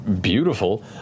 beautiful